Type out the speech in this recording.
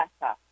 better